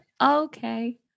Okay